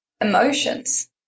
emotions